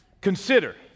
Consider